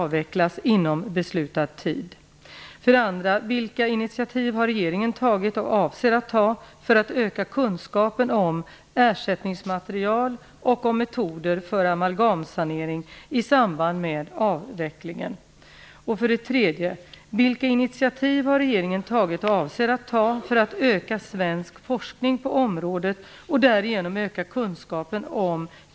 Vilka initiativ har regeringen tagit och avser att ta för att öka kunskapen om ersättningsmaterial och om metoder för amalgamsanering i samband med avvecklingen? 4.